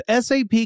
SAP